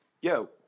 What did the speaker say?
Yo